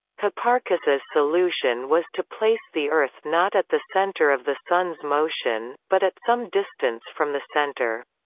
hipparchus's solution was to place the earth not at the center of the sun's motion, but at some distance from the center.